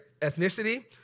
ethnicity